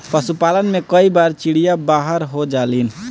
पशुपालन में कई बार चिड़िया बाहर हो जालिन